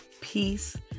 peace